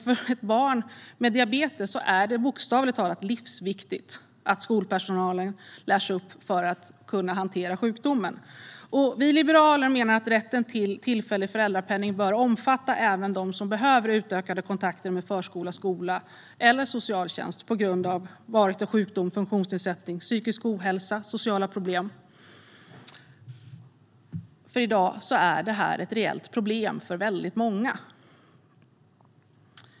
För ett barn med diabetes är det bokstavligt talat livsviktigt att skolpersonalen lärs upp för att kunna hantera sjukdomen. Vi liberaler menar att rätten till tillfällig föräldrapenning bör omfatta även dem som behöver utökade kontakter med förskola, skola eller socialtjänst på grund av varaktig sjukdom, funktionsnedsättning, psykisk ohälsa eller sociala problem, för detta är i dag ett reellt problem för väldigt många.